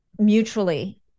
mutually